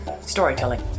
storytelling